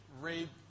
rape